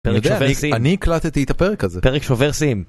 אני הקלטתי את הפרק הזה, פרק שובר שיאים.